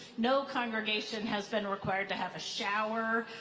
no congregation has been required to have a shower.